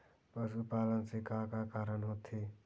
पशुपालन से का का कारण होथे?